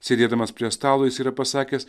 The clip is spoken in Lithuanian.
sėdėdamas prie stalo jis yra pasakęs